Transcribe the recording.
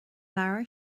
leabhar